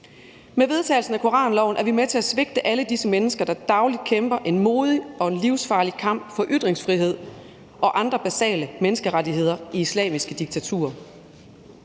Med vedtagelsen af koranloven er vi med til at svigte alle disse mennesker, der dagligt kæmper en modig og livsfarlig kamp for ytringsfrihed og andre basale menneskerettigheder i islamiske diktaturer.